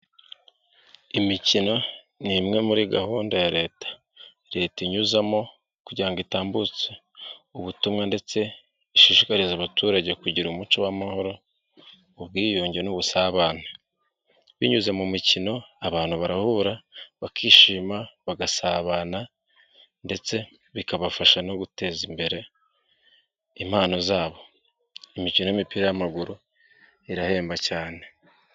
Imikino ni imwe muri gahunda ya leta, leta inyuzamo kugira itambutsa ubutumwa ndetse ishishikariza abaturage kugira umuco w'amahoro ubwiyunge n'ubusabane. Binyuze mu mikino abantu barahura, bakishima, bagasabana ndetse bikabafasha no guteza imbere impano zabo imikino y'imipira y'amaguru irahemba cyane.